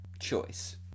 choice